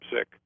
sick